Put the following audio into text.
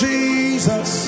Jesus